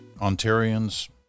Ontarians